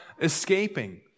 escaping